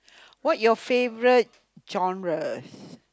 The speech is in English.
what your favourite genres